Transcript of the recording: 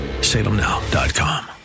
salemnow.com